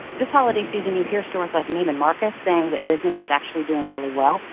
this holiday season you hear stores like neiman marcus saying that business is actually doing really well.